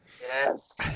Yes